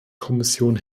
kommission